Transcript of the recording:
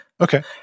Okay